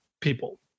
people